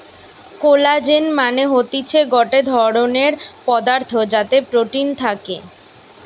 collagen মানে হতিছে গটে ধরণের পদার্থ যাতে প্রোটিন থাকে